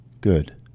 Good